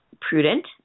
prudent